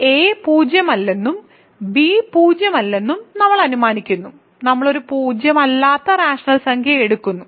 a പൂജ്യമല്ലെന്നും b പൂജ്യമല്ലെന്നും നമ്മൾ അനുമാനിക്കുന്നു നമ്മൾ ഒരു പൂജ്യമല്ലാത്ത റാഷണൽ സംഖ്യ എടുക്കുന്നു